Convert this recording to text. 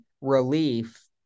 relief